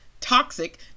toxic